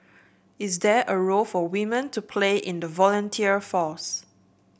is there a role for women to play in the volunteer force